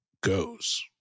goes